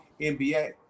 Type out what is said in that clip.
NBA